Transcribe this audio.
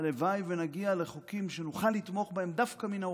הלוואי שנגיע לחוקים שנוכל לתמוך בהם דווקא מן האופוזיציה,